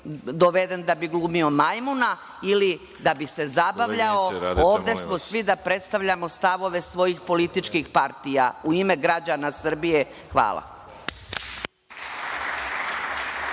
doveden da bi glumio majmuna ili da bi se zabavljao. Ovde smo svi da predstavljamo stavove svojih političkih partija u ime građana Srbije. Hvala.